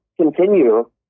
continue